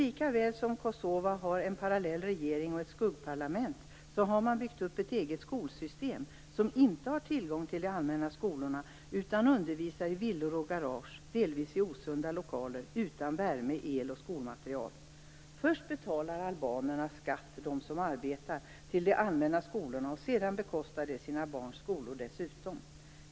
Likaväl som man i Kosova har en parallell regering och ett skuggparlament har man byggt upp ett eget skolsystem som inte har tillgång till de allmänna skolorna utan undervisar i villor och garage, delvis i osunda lokaler, utan värme, el och skolmaterial. Först betalar albanerna skatt - de som arbetar - till de allmänna skolorna, och sedan bekostar de dessutom sina barns skolor.